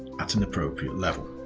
at an appropriate level.